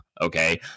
Okay